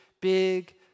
big